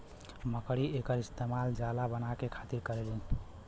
मकड़ी एकर इस्तेमाल जाला बनाए के खातिर करेलीन